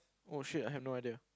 oh shit I have no idea